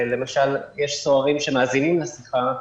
שלמשל, יש סוהרים שמאזינים לשיחה,